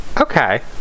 Okay